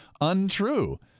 untrue